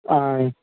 ఆయ్